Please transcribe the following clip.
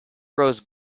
rose